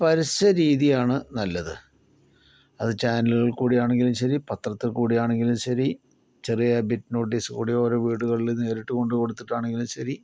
പരസ്യ രീതിയാണ് നല്ലത് അത് ചാനലുകളിൽ കൂടിയാണെങ്കിലും ശരി പത്രത്തിൽ കൂടിയാണെങ്കിലും ശരി ചെറിയ ബിറ്റ് നോട്ടീസിൽ കൂടി ഓരോ വീടുകളിലും നേരിട്ട് കൊണ്ട് കൊടുത്തിട്ടാണെങ്കിലും ശരി